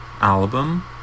album